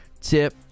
tip